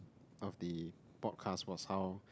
of the podcast was how